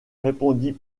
répondit